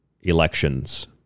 elections